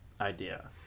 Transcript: idea